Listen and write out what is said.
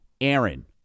Aaron